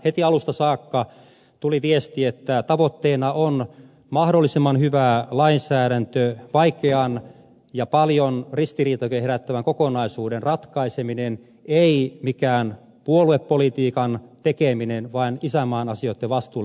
heti alusta saakka tuli viesti että tavoitteena on mahdollisimman hyvä lainsäädäntö vaikean ja paljon ristiriitojakin herättävän kokonaisuuden ratkaiseminen ei mikään puoluepolitiikan tekeminen vaan isänmaan asioitten vastuullinen hoitaminen